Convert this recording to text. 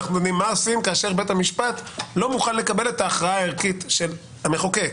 מה עושים כאשר בית המשפט לא מוכן לקבל את ההכרעה הערכית של המחוקק.